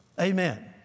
Amen